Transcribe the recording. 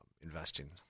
investing